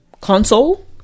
console